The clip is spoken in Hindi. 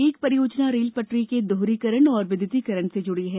एक परियोजना रेल पटरी के दोहरीकरण और विद्युतीकरण से जुड़ी है